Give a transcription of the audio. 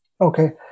Okay